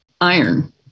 iron